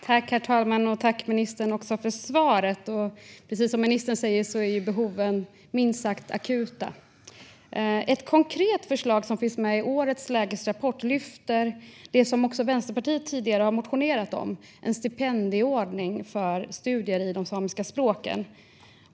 Herr talman! Tack för svaret, ministern! Precis som ministern säger är behoven minst sagt akuta. Ett konkret förslag i årets lägesrapport lyfter upp det som också Vänsterpartiet motionerat om tidigare: en stipendieordning för studier i de samiska språken.